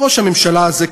ראש הממשלה הזה,